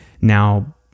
Now